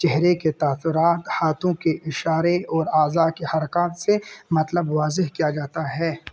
چہرے کے تاثرات ہاتھوں کے اشارے اور اعضا کے حرکات سے مطلب واضح کیا جاتا ہے